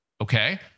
okay